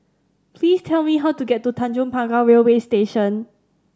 please tell me how to get to Tanjong Pagar Railway Station